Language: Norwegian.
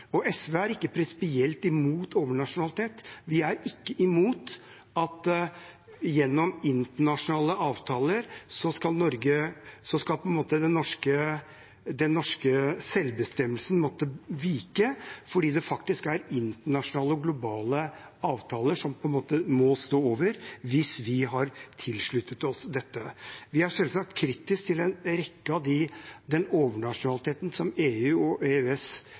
SV er ikke prinsipielt imot overnasjonalitet. Vi er ikke imot at den norske selvbestemmelsen skal måtte vike gjennom internasjonale avtaler, fordi det faktisk er internasjonale og globale avtaler som må stå over hvis vi har tilsluttet oss dette. Vi er selvsagt kritiske til en rekke deler av overnasjonaliteten som EU og EØS